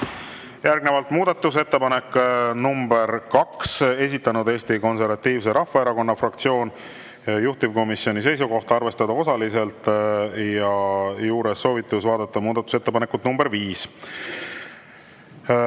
Järgnevalt muudatusettepanek nr 2, esitanud Eesti Konservatiivse Rahvaerakonna fraktsioon. Juhtivkomisjoni seisukoht on arvestada osaliselt ja juures on soovitus vaadata muudatusettepanekut nr 5.